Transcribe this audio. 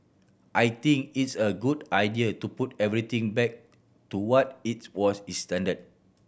I think it's a good idea to put everything back to what it's was